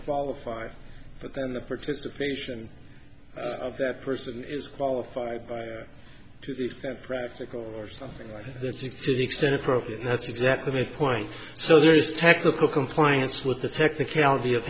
qualified but then the participation of that person is qualified to the extent practical or something like that six to the extent appropriate and that's exactly my point so there is technical compliance with the technicality